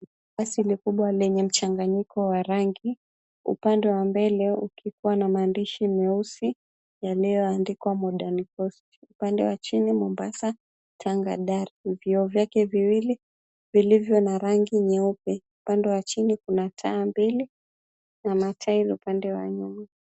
Basi hili kubwa lenye mchanganyiko wa rangi, upande wa mbele ukikuwa na maandishi meusi yaliyoandikwa Modern Coast, upande wa chini, Mombasa-Tanga-Dar. Vioo vyake viwili vilivyo na rangi nyeupe, upande wa chini kuna taa mbili na matairi upande wa nyuma.